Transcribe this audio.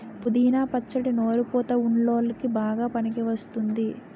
పుదీనా పచ్చడి నోరు పుతా వున్ల్లోకి బాగా పనికివస్తుంది